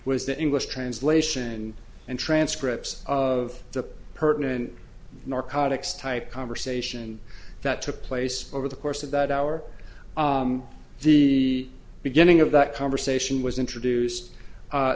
was the english translation and transcripts of the pertinent narcotics type conversation that took place over the course of that hour the beginning of that conversation was introduced